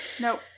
Nope